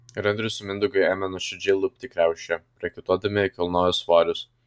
ir andrius su mindaugu ėmė nuoširdžiai lupti kriaušę prakaituodami kilnojo svorius